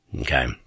Okay